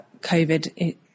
COVID